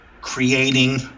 creating